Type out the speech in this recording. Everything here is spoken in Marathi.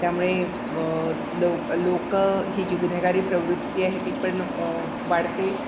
त्यामुळे लोक लोक ही जी गुन्हेगारी प्रवृत्ती आहे ती पण वाढते